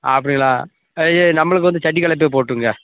அப்படிங்களா ஐய நம்மளுக்கு வந்து சட்டி கலப்பையே போட்டுக்கோங்க